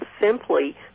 simply